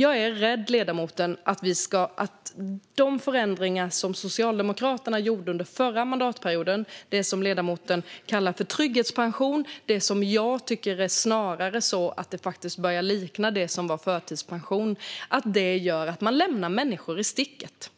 Jag är rädd, ledamoten, att de förändringar som Socialdemokraterna gjorde under förra mandatperioden - det som ledamoten kallar trygghetspension men som jag tycker snarare börjar likna det som var förtidspension - gör att man lämnar människor i sticket.